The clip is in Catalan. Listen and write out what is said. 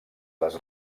les